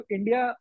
India